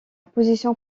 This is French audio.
position